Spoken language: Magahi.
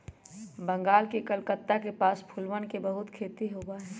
बंगाल के कलकत्ता के पास फूलवन के बहुत खेती होबा हई